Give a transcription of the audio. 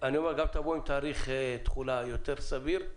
תבואו גם עם תאריך תחולה יותר סביר,